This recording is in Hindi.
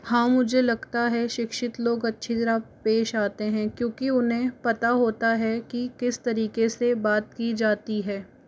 हाँ मुझे लगता है शिक्षित लोग अच्छी तरह पेश आते हैं क्योंकि उन्हें पता होता है कि किस तरीके से बात की जाती है